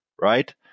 right